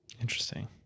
interesting